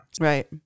Right